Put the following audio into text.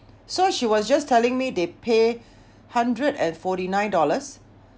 so she was just telling me they pay hundred and forty nine dollars